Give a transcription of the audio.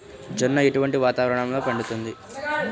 జొన్న ఎటువంటి వాతావరణంలో పండుతుంది?